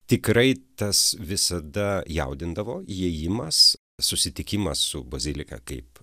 tikrai tas visada jaudindavo įėjimas susitikimas su bazilika kaip